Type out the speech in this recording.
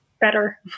better